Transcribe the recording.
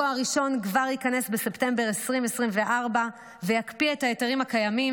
חלקו הראשון כבר ייכנס בספטמבר 2024 ויקפיא את ההיתרים הקיימים,